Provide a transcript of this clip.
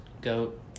goat